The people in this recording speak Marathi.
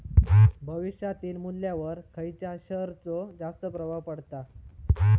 भविष्यातील मुल्ल्यावर खयच्या शेयरचो जास्त प्रभाव पडता?